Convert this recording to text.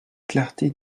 clarté